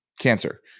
cancer